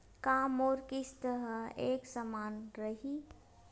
का मोर किस्त ह एक समान रही?